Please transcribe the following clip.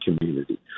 community